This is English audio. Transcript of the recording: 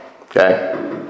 Okay